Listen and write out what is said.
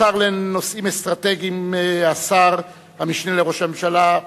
השר לנושאים אסטרטגיים, המשנה לראש הממשלה,